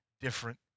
different